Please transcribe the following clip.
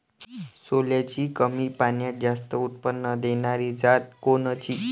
सोल्याची कमी पान्यात जास्त उत्पन्न देनारी जात कोनची?